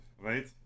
right